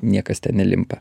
niekas ten nelimpa